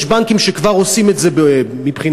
יש בנקים שכבר עושים את זה מבחינתם,